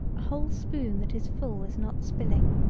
a whole spoon that is full is not spilling.